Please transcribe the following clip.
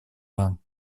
вам